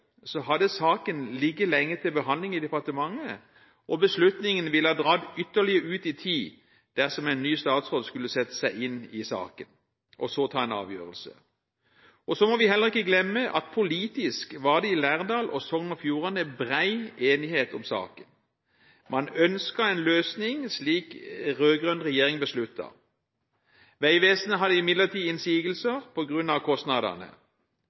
så mye at den måtte avgjøres av den forrige regjeringen, men på den andre siden hadde saken ligget lenge til behandling i departementet, og beslutningen ville ha dratt ytterligere ut i tid dersom en ny statsråd skulle sette seg inn i saken og så ta en avgjørelse. Vi må heller ikke glemme at det i Lærdal og Sogn og Fjordane var bred politisk enighet om saken. Man ønsket en løsning slik den rød-grønne regjeringen besluttet. Vegvesenet hadde imidlertid